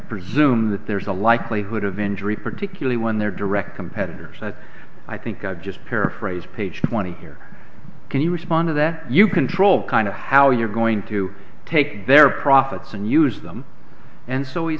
presume that there is a likelihood of injury particularly when their direct competitors i think i've just paraphrased page twenty here can you responded that you control kind of how you're going to take their profits and use them and so he